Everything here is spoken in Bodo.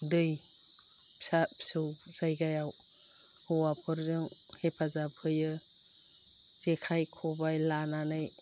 दै फिसा फिसौ जायगायाव हौवाफोरजों हेफाजाबा होयो जेखाइ खबाय लानानै